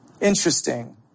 Interesting